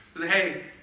Hey